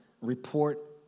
report